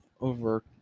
over